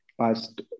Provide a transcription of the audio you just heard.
past